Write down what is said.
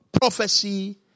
prophecy